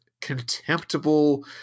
contemptible